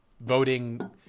Voting